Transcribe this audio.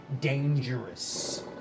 dangerous